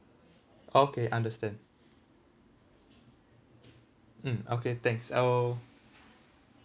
okay understand mm okay thanks I'll